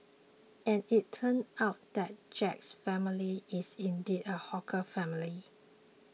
and it turned out that Jack's family is indeed a hawker family